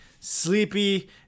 sleepy